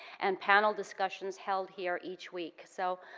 and panel discussions held here each week. so,